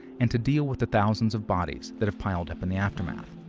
and to deal with the thousands of bodies that have piled up in the aftermath.